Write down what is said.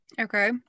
Okay